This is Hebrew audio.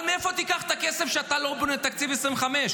אבל מאיפה תיקח את הכסף כשאתה לא בונה את תקציב 2025?